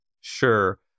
sure